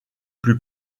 plus